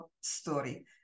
story